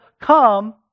come